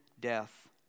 death